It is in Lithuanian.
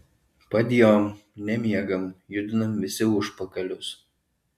padjom nemiegam judinam visi užpakalius